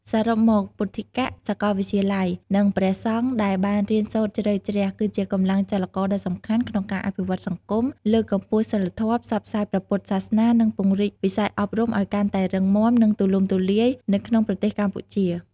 សរុបមក ពុទ្ធិកសាកលវិទ្យាល័យ និងព្រះសង្ឃដែលបានរៀនសូត្រជ្រៅជ្រះ គឺជាកម្លាំងចលករដ៏សំខាន់ក្នុងការអភិវឌ្ឍសង្គម លើកកម្ពស់សីលធម៌ ផ្សព្វផ្សាយព្រះពុទ្ធសាសនា និងពង្រីកវិស័យអប់រំឱ្យកាន់តែរឹងមាំ និងទូលំទូលាយនៅក្នុងប្រទេសកម្ពុជា។